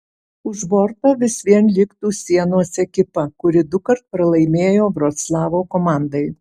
už borto vis vien liktų sienos ekipa kuri dukart pralaimėjo vroclavo komandai